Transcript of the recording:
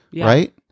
right